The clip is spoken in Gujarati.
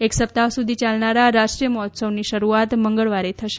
એક સપ્તાહ સુધી ચાલનારા રાષ્ટ્રીય મહોત્સવની શરૂઆત મંગળવારે જ થશે